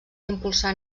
impulsar